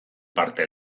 parte